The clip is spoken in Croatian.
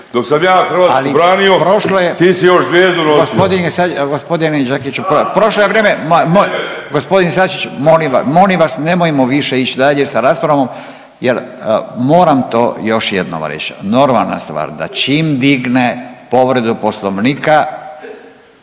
gospodine Đakiću prošlo je vrijeme. Gospodin Sačić molim vas nemojmo više ići dalje sa raspravom jer moram to još jednom reći. Normalna stvar da čim digne povredu Poslovnika,